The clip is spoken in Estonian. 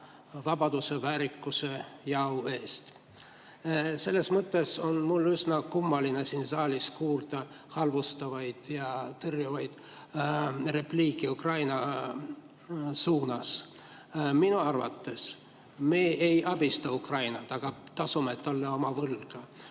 vabaduse, väärikuse ja au eest. Selles mõttes on mul üsna kummaline siin saalis kuulda halvustavaid ja tõrjuvaid repliike Ukraina suunas. Minu arvates me ei abista Ukrainat, aga tasume talle oma võlga.